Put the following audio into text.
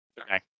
Okay